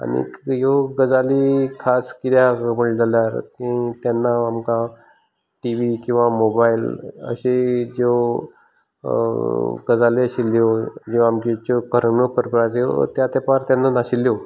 आनीक ह्यो गजाली खास कित्याक म्हळें जाल्यार तेन्ना आमकां टिवी किंवां मोबायल अशी ज्यो गजाली आशिल्ल्यो ज्यो आमच्यो करमणूक करपाच्यो त्या तेंपार तेन्ना नाशिल्ल्यो